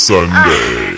Sunday